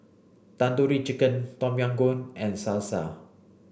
Tandoori Chicken Tom Yam Goong and Salsa